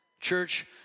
Church